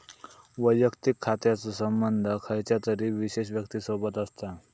वैयक्तिक खात्याचो संबंध खयच्या तरी विशेष व्यक्तिसोबत असता